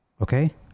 okay